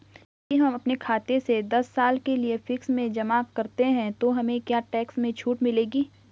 यदि हम अपने खाते से दस साल के लिए फिक्स में जमा करते हैं तो हमें क्या टैक्स में छूट मिलेगी?